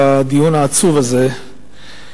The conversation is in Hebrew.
בדיון העצוב הזה.